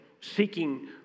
seeking